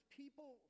people